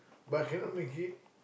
but cannot make it